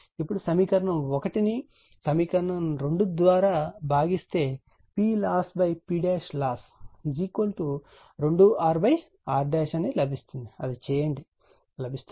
ఇప్పుడు సమీకరణం 1 ను సమీకరణం 2 ద్వారా భాగిస్తే PLOSSPLOSS2RR అని లభిస్తుంది అది చేయండి లభిస్తుంది